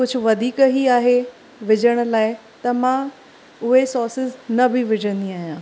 कुझु वधीक ई आहे विझण लाइ त मां उहे सॉसेस न बि विझंदी आहियां